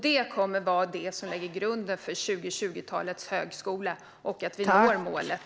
Det kommer att vara det som lägger grunden för 2020-talets högskola och att vi når målet.